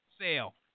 sale